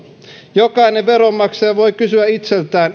jokainen veronmaksaja voi kysyä itseltään